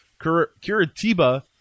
Curitiba